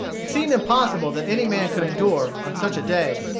it seemed impossible that any man could endure, on such a day,